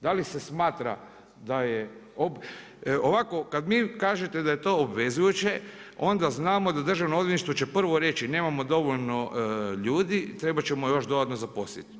Da li se smatra da je, ovako, kada vi kažete da je to obvezujuće, onda znamo da Državno odvjetništvo će prvo reći, nemamo dovoljno ljudi, trebati ćemo još dodatno zaposliti.